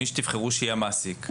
מי שתבחרו שיהיה המעסיק.